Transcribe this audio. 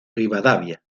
rivadavia